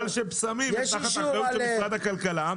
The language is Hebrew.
שבשמים הם תחת אחריות של משרד הכלכלה.